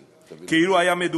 רגשי,